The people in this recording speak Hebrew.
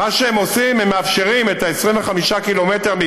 מה שהם עושים, הם מאפשרים את המגבלה של 25 קמ"ש,